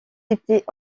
était